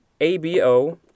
ABO